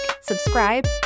subscribe